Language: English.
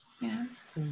Yes